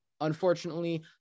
Unfortunately